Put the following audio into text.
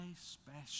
special